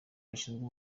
bashinzwe